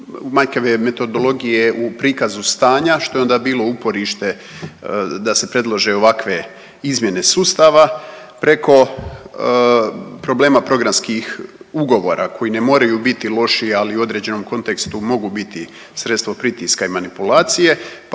manjkave metodologije u prikazu stanja što je onda bilo uporište da se predlože ovakve izmjene sustava preko problema programskih ugovora koji ne moraju biti loši, ali u određenom kontekstu mogu biti sredstvo pritiska i manipulacije pa